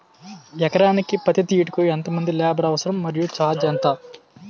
ఎకరానికి పత్తి తీయుటకు ఎంత మంది లేబర్ అవసరం? మరియు ఛార్జ్ ఎంత?